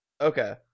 Okay